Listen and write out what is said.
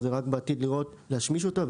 זה רק בעתיד להשמיש אותה,